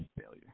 failure